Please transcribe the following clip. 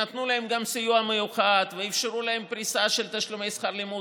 נתנו להם גם סיוע מיוחד ואפשרו להם פריסה של תשלומי שכר לימוד.